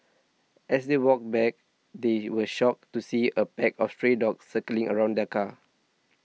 as they walked back they were shocked to see a pack of stray dogs circling around the car